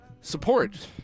support